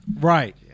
right